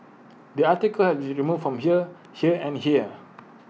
the article has been removed from here here and here